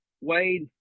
Wade